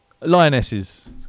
Lionesses